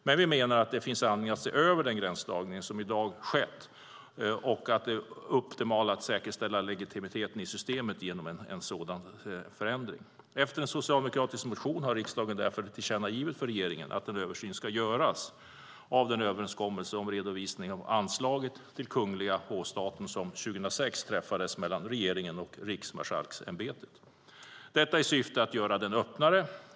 Men vi menar att det finns anledning att se över den gränsdragning som i dag sker, och det är optimalt att säkerställa legitimiteten i systemet genom en sådan förändring. Med anledning av en socialdemokratisk motion har riksdagen därför tillkännagivit för regeringen att en översyn ska göras av den överenskommelse om redovisning av anslaget till de kungliga hovstaterna som 2006 träffades mellan regeringen och Riksmarskalksämbetet. Syftet är att göra redovisningen öppnare.